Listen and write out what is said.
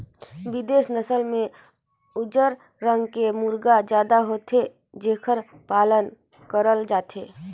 बिदेसी नसल में उजर रंग के मुरगा जादा होथे जेखर पालन करल जाथे